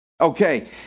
Okay